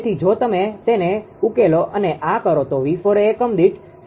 તેથી જો તમે તેને ઉકેલો અને આ કરો તો 𝑉4 એ એકમ દીઠ 0